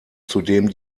zudem